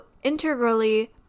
integrally